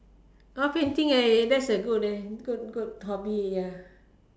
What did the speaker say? oh painting eh that's a good eh good good hobby ya